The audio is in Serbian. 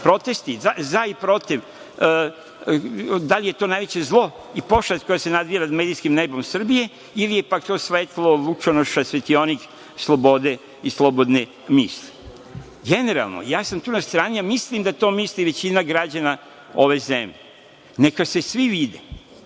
protesti, za i protiv, da li je to najveće zlo i pošast koja se nadvila nad medijskim nebom Srbije, ili je to svetlo lučonoša svetionik slobode i slobodne misli. Generalno ja sam tu na strani, a mislim da to misli i većina građana ove zemlje. Neka se svi vide,